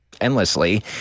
endlessly